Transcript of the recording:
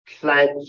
plant